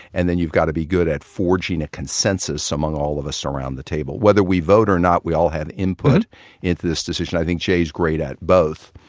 and then you've got to be good at forging a consensus among all of us around the table. whether we vote or not, we all have input into this decision. i think jay's great at both.